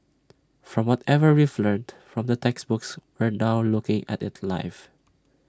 from whatever we've learnt from the textbooks we're now looking at IT live